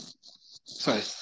Sorry